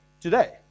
today